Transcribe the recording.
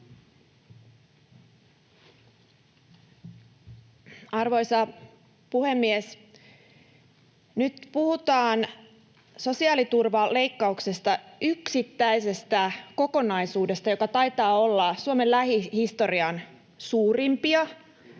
Arvoisa puhemies! Nyt puhutaan sosiaaliturvaleikkauksesta, yksittäisestä kokonaisuudesta, joka taitaa olla Suomen lähihistorian suurimpia